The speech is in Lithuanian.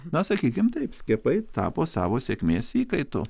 na sakykim taip skiepai tapo savo sėkmės įkaitu